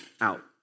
out